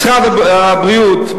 משרד הבריאות,